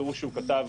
בטור שהוא כתב